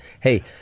hey